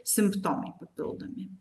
simptomai papildomi